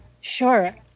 Sure